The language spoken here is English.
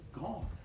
gone